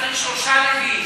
כן.